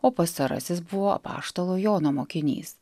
o pastarasis buvo apaštalo jono mokinys